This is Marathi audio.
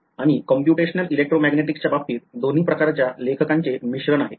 आणि कॉम्पुटेशनल इलेक्ट्रोमॅग्नेटिकच्या बाबतीत दोन्ही प्रकारच्या लेखकांचे मिश्रण आहे